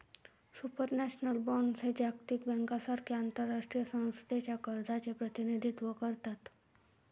supranational bonds हे जागतिक बँकेसारख्या आंतरराष्ट्रीय संस्थांच्या कर्जाचे प्रतिनिधित्व करतात